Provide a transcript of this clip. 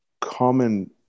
common